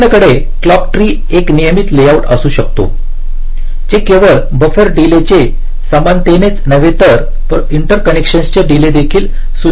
आपल्याकडे clock tree एक नियमित लेआउट असू शकतो जे केवळ बफर डीलेच समानतेचे नव्हे तर परंतु इंटरकनेक्शन्स चे डीले देखील सुनिश्चित करते